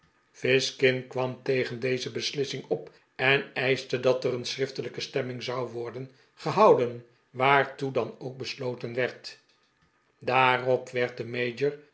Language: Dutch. fizkin kwam tegen deze beslissing op en eischte dat er een schriftelijke stemming zou worden gehouden waartoe dan ook besloten werd daarop werd de mayor